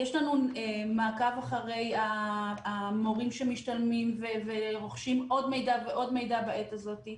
יש לנו מעקב אחרי המורים שמשתלמים ורוכשים עוד מידע ועוד מידע בעת הזאת.